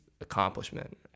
accomplishment